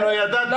לא ידעתי,